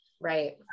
Right